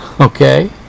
Okay